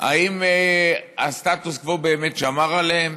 האם הסטטוס קוו באמת שמר עליהם?